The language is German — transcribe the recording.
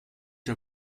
der